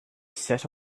set